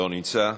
אינו נוכח.